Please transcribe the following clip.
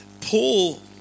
Paul